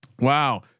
Wow